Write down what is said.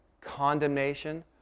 condemnation